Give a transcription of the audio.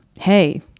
hey